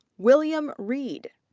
william reed.